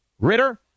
Ritter